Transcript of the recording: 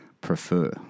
prefer